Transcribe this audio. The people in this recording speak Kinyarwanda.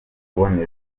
kuboneza